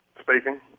Speaking